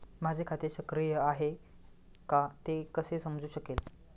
माझे खाते सक्रिय आहे का ते कसे समजू शकेल?